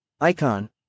Icon